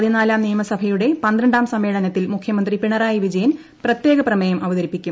പതിനാലാം നിയമസഭയുടെ പന്ത്രണ്ടാം സമ്മേളനത്തിൽ മുഖ്യമന്ത്രി പിണറായി വിജയൻ പ്രത്യേക പ്രമേയം അവതരിപ്പിക്കും